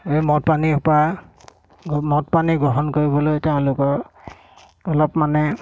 এই মদ পানীৰ পৰা মদ পানী গ্ৰহণ কৰিবলৈ তেওঁলোকৰ অলপ মানে